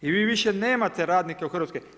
I vi više nemate radnike u Hrvatskoj.